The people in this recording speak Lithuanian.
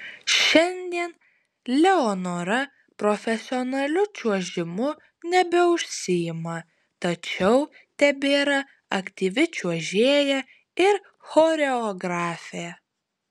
šiandien leonora profesionaliu čiuožimu nebeužsiima tačiau tebėra aktyvi čiuožėja ir choreografė